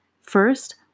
First